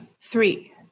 Three